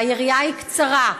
והיריעה קצרה,